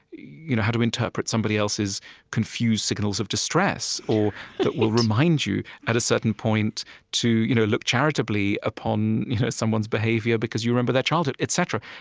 you know how to interpret somebody else's confused signals of distress, or that will remind you at a certain point to you know look charitably upon you know someone's behavior because you remember their childhood, etc?